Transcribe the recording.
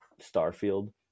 starfield